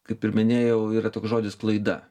kaip ir minėjau yra toks žodis klaida